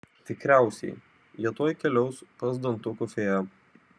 tikriausiai jie tuoj keliaus pas dantukų fėją